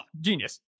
Genius